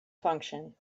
function